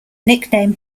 nickname